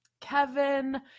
kevin